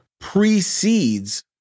precedes